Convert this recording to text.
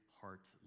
heart